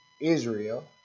Israel